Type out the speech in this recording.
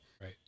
right